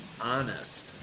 honest